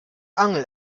angel